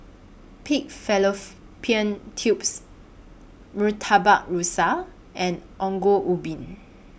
Pig Tubes Murtabak Rusa and Ongol Ubi